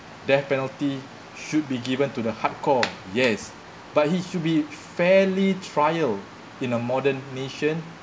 death penalty should be given to the hardcore yes but he should be fairly trial in a modern nation